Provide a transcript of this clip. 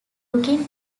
looking